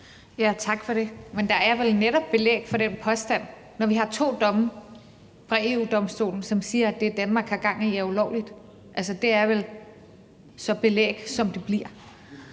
Tak for det. Men der er vel netop belæg for den påstand, når vi har to domme fra EU-Domstolen, som siger, at det, Danmark har gang i, er ulovligt. Altså, det er vel så klart et belæg, som det bliver.